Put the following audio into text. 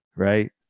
Right